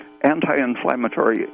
anti-inflammatory